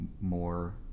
more